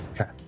okay